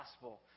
gospel